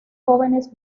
jóvenes